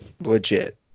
Legit